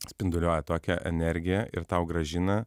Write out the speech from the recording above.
spinduliuoja tokią energiją ir tau grąžina